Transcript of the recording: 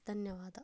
ಧನ್ಯವಾದ